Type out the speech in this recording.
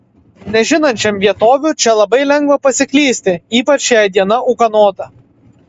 nežinančiam vietovių čia labai lengva pasiklysti ypač jei diena ūkanota